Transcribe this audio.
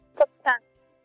substances